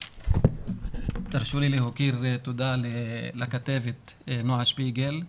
תרשו לי להוקיר תודה לכתבת נועה שפיגל,